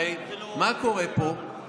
הרי מה קורה פה?